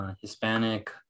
Hispanic